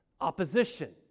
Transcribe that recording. opposition